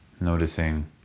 noticing